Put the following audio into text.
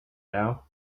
now